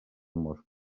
mosques